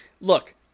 Look